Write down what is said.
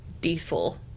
diesel